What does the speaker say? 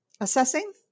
assessing